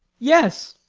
yes.